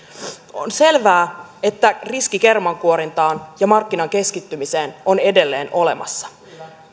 on selvää että riski kermankuorintaan ja markkinan keskittymiseen on edelleen olemassa